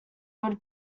would